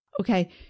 Okay